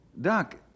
Doc